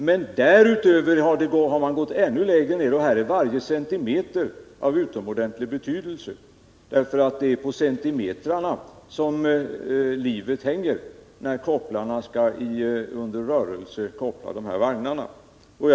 Men därutöver har man för det andra gått ännu längre ned, och här är varje centimeter av utomordentlig betydelse därför att det är på centimetrarna som livet hänger när de anställda skall koppla de här vagnarna i rörelse.